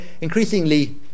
increasingly